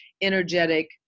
energetic